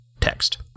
text